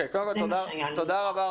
קודם כל תודה רבה,